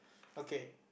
okay